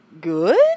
good